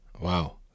Wow